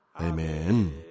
Amen